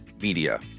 media